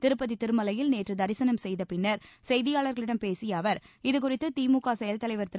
திருப்பதி திருமலையில் நேற்று தரிசனம் செய்த பின்னர் செய்தியாளர்களிடம் பேசிய அவர் இதுகுறித்து திமுக செயல் தலைவர் திரு